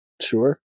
sure